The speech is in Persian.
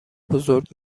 بزرگ